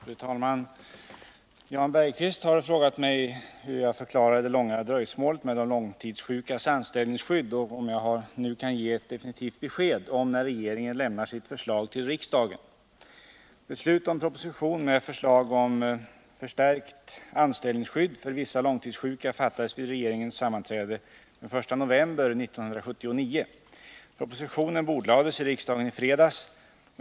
Fru talman! Jan Bergqvist har frågat mig hur jag förklarar det långa dröjsmålet med de långtidssjukas anställningsskydd och om jag nu kan ge ett definitivt besked om när regeringen lämnar sitt förslag till riksdagen. Beslut om proposition med förslag om förstärkt anställningsskydd för vissa långtidssjuka fattades vid regeringssammanträdet den 1 november 1979. Propositionen bordlades i riksdagen i fredags.